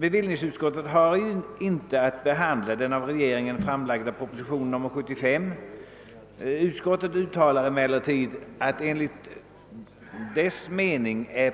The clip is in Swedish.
Bevillningsutskottet har inte att handlägga den av regeringen framlagda propositionen 75. Det uttalar emellertid att